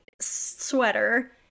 sweater